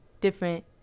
different